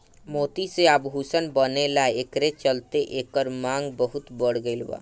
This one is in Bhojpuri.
मोती से आभूषण बनेला एकरे चलते एकर मांग बहुत बढ़ गईल बा